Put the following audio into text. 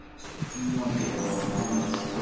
so, if you wanna get more performance,